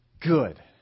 good